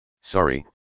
Sorry